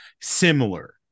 similar